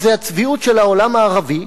וזו הצביעות של העולם הערבי.